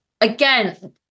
again